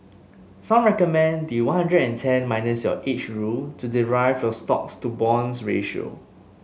some recommend the one hundred and ten minus age rule to derive your stocks to bonds ratio